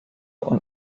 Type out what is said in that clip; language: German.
und